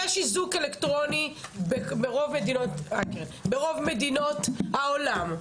יש איזוק אלקטרוני ברוב מדינות העולם,